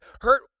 hurt